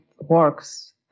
works